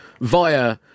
via